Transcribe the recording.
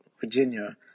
Virginia